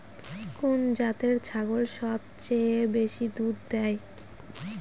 কোন জাতের ছাগল সবচেয়ে বেশি দুধ দেয়?